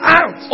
out